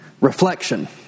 reflection